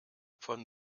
von